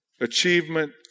achievement